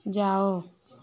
जाओ